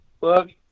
look